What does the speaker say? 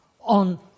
on